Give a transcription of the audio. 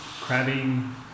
crabbing